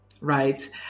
right